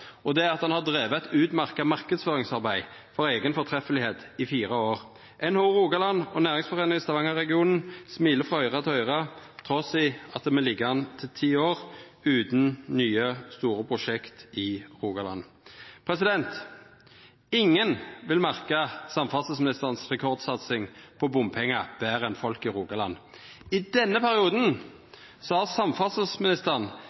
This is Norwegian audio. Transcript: det er at han har drive eit utmerkt marknadsføringsarbeid for eiga fortreffelegheit i fire år. NHO Rogaland og Næringsforeningen i Stavanger-Regionen smiler frå øyra til øyra trass i at me ligg an til ti år utan nye store prosjekt i Rogaland. Ingen vil merka samferdselsministerens rekordsatsing på bompengar betre enn folk i Rogaland. I denne